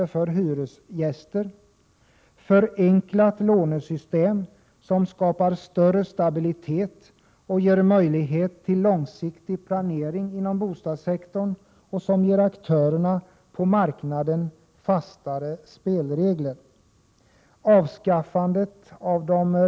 Förenklat lånesystem som skapar större stabilitet och ger möjlighet till långsiktig planering inom bostadssektorn och som ger aktörerna på marknaden fastare spelregler.